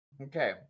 Okay